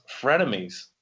frenemies